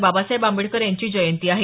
बाबासाहेब आंबेडकर यांची जयंती आहे